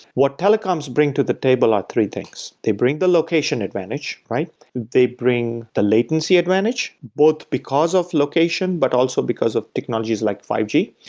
what telecoms bring to the table are three things. they bring the location advantage. they bring the latency advantage both because of location, but also because of technologies like five g,